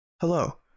Hello